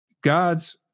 God's